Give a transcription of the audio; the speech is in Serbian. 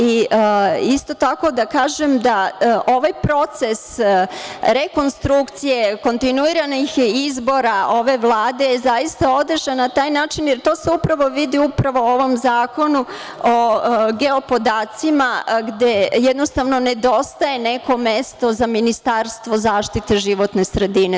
Isto tako da kažem da ovaj proces rekonstrukcije, kontinuiranih izbora ove Vlade zaista otežan na taj način, jer se to upravo vidim u ovom Zakonu o geopodacima gde jednostavno nedostaje neko mesto za Ministarstvo zaštite životne sredine.